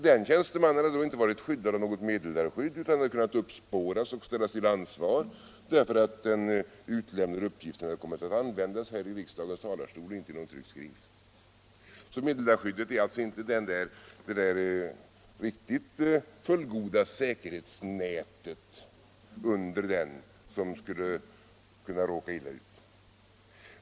Den tjänstemannen hade då inte varit skyddad av något meddelarskydd utan hade kunnat uppspåras och ställas till ansvar därför att den utlämnade uppgiften hade kommit att användas här i riksdagens talarstol och inte i någon tryckt skrift. Meddelarskyddet är alltså inte det där riktigt fullgoda säkerhetsnätet under den som skulle kunna råka illa ut.